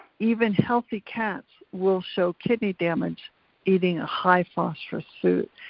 even healthy cats will show kidney damage eating a high phosphorus food.